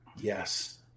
Yes